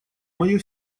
мое